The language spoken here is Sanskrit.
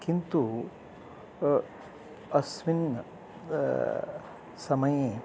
किन्तु अस्मिन् समये